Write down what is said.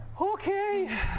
Okay